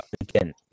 again